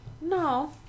no